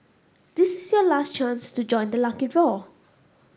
this is your last chance to join the lucky draw